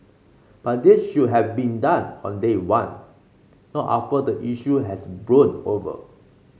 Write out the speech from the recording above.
but this should have been done on day one not after the issue has blown over